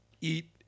eat